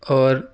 اور